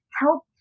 help